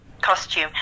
costume